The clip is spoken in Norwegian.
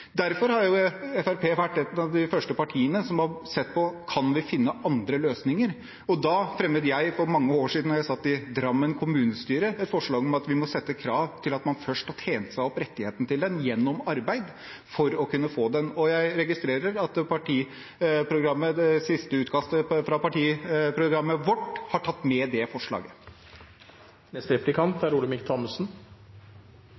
Derfor har Fremskrittspartiet vært et av de første partiene som har sett på om vi kan finne andre løsninger. Da jeg for mange år siden satt i Drammen kommunestyre, fremmet jeg et forslag om at vi må stille krav om at man først har tjent seg opp rettigheten til den gjennom arbeid for å kunne få den. Jeg registrerer at sisteutkastet til partiprogrammet vårt har tatt med det forslaget.